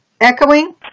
echoing